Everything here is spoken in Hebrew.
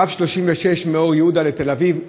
קו 36 מאור-יהודה לתל-אביב,